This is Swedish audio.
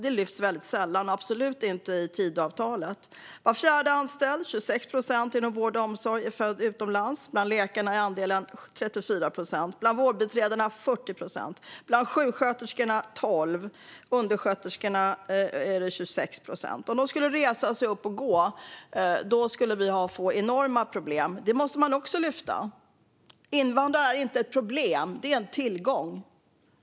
Detta lyfts väldigt sällan fram, och det görs absolut inte i Tidöavtalet. Det är 26 procent av de anställda - var fjärde anställd - inom vård och omsorg som är födda utomlands. Bland läkarna är andelen 34 procent. Bland vårdbiträdena är den 40 procent. Bland sjuksköterskorna är andelen 12 procent och bland undersköterskorna 26 procent. Om de skulle resa sig upp och gå skulle vi få enorma problem. Detta måste man också lyfta fram. Invandrare är inte ett problem. De är en tillgång.